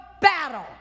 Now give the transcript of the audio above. battle